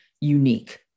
unique